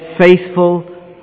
faithful